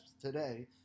today